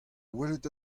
welet